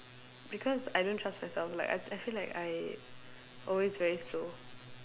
because I don't trust myself like I I feel like I always very slow